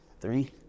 three